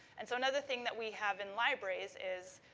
and so, another thing that we have in libraries is,